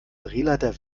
drehleiter